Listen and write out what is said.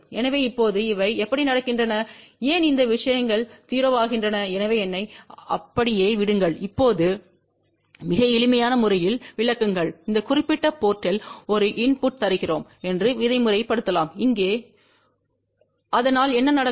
எனவே இப்போது இவை எப்படி நடக்கின்றன ஏன் இந்த விஷயங்கள் 0 ஆகின்றன எனவே என்னை அப்படியே விடுங்கள் இப்போது மிக எளிமையான முறையில் விளக்குங்கள்இந்த குறிப்பிட்ட போர்ட்த்தில் ஒரு இன்புட்டை தருகிறோம் என்று விதிமுறைலலாம் இங்கே அதனால் என்ன நடக்கும்